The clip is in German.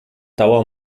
dauer